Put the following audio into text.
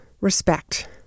respect